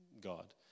God